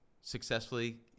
successfully